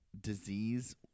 disease